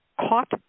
Caught